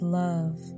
love